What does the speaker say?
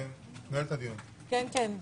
הישיבה ננעלה בשעה 09:09.